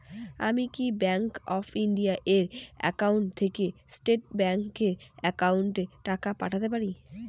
আমি কি Bank of India এর একাউন্ট থেকে স্টেট ব্যাংক এর একাউন্টে টাকা পাঠাতে পারি?